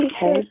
Hey